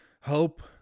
help